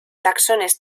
taxones